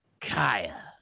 Kaya